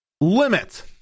limit